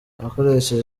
akoresheje